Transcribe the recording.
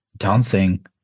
dancing